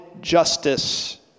justice